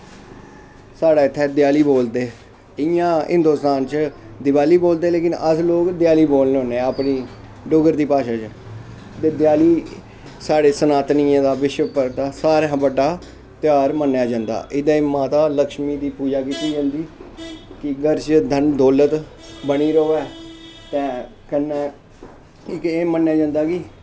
साढ़ै इत्थै देयाली बोलदे इ'यां हिन्दोस्तान च दिवाली बोलदे लेकिन अस लोग देयालीली बोलने होन्ने अपनी डुग्गर दी भाशा च डुग्गर च साढ़ा सनातनियें दा बिश्व भर सारें शा बड्डा तेहार मन्नेआ जंदा एह्दै च माता लक्ष्मी दी पूजा कीती जंदी कि घर च धन दौलत बनी र'वै ते कन्नै एह् मन्नेआ जंदा कि